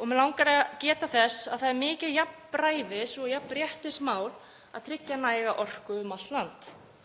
Mig langar að geta þess að það er mikið jafnræðis- og jafnréttismál að tryggja næga orku um allt land.